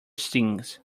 stings